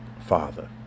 Father